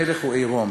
המלך הוא עירום,